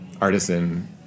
artisan